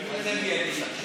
עכשיו?